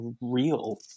real